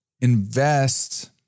invest